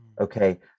okay